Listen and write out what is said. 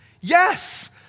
Yes